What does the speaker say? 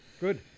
Good